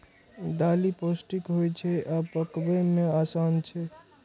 दालि पौष्टिक होइ छै आ पकबै मे आसान छै